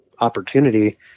opportunity